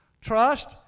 Trust